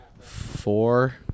four